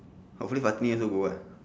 hopefully fatini also go ah